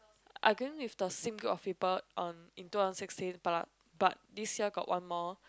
I going with the same group of people uh in two thousand sixteen but like but this year got one more